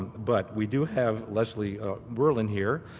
but we do have leslie verland here,